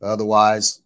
Otherwise